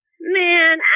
Man